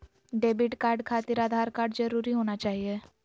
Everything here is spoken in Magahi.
डेबिट कार्ड खातिर आधार कार्ड जरूरी होना चाहिए?